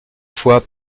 fois